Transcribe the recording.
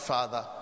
Father